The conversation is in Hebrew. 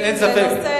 אין ספק.